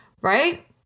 Right